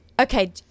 Okay